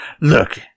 look